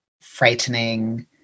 frightening